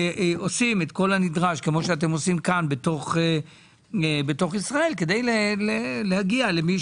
עושים את כל הנדרש כפי שאתם עושים כאן בישראל כדי להגיע למי